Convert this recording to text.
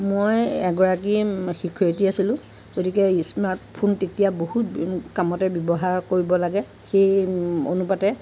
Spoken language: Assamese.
মই এগৰাকী শিক্ষয়িত্ৰী আছিলোঁ গতিকে স্মাৰ্ট ফোন তেতিয়া বহুত কামতে ব্যৱহাৰ কৰিব লাগে সেই অনুপাতে